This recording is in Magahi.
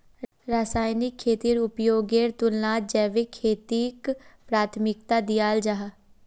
रासायनिक खेतीर उपयोगेर तुलनात जैविक खेतीक प्राथमिकता दियाल जाहा